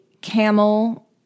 camel